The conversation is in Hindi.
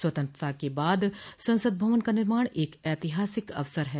स्वतंत्रता के बाद संसद भवन का निर्माण एक ऐतिहासिक अवसर है